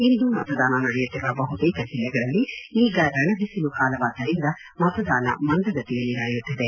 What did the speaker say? ಇಂದು ಮತದಾನ ನಡೆಯುತ್ತಿರುವ ಬಹುತೇಕ ಜಿಲ್ಲೆಗಳಲ್ಲಿ ಈಗ ರಣಬಿಸಿಲು ಕಾಲವಾದ್ದರಿಂದ ಮತದಾನ ಮಂದಗತಿಯಲ್ಲಿ ನಡೆಯುತ್ತಿದೆ